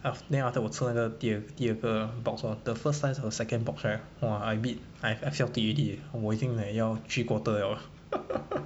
aft~ then after that 我吃那个第二个 box orh the first size of second box right !wah! I beat I've I've felt it already eh 我已经 like 要 three quarter liao